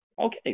okay